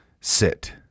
sit